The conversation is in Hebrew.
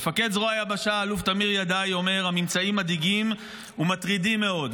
מפקד זרוע היבשה אלוף תמיר ידעי אומר: הממצאים מדאיגים ומטרידים מאוד.